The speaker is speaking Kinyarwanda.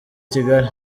kigali